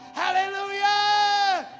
hallelujah